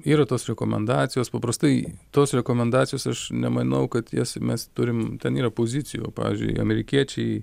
yra tos rekomendacijos paprastai tos rekomendacijos aš nemanau kad į jas mes turim ten yra pozicijų pavyzdžiui amerikiečiai